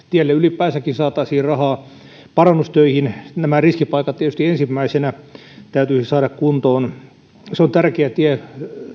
tielle ylipäänsäkin saataisiin rahaa parannustöihin nämä riskipaikat tietysti ensimmäisinä täytyisi saada kuntoon se on tärkeä tie